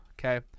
okay